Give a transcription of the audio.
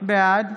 בעד